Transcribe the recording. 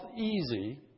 easy